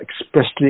expressly